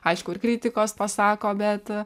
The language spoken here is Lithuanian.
aišku ir kritikos pasako bet